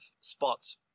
spots